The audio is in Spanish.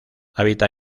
habita